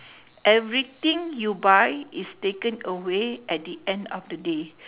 everything you buy is taken away at the end of the day